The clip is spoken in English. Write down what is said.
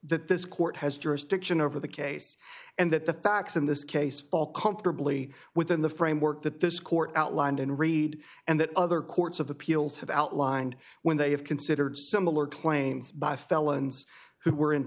that this court has jurisdiction over the case and that the facts in this case fall comfortably within the framework that this court outlined and read and that other courts of appeals have outlined when they have considered similar claims by felons who were in